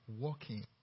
walking